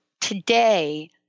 today